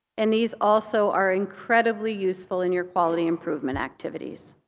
and these also are incredibly useful in your quality improvement activities.